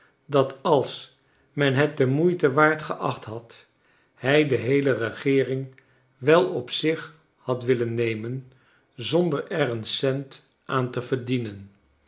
dat als men het de maeite waard geacht had liij de heele regeering wel op zich had willen nemen zonder er een cent aan te verclienen